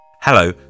Hello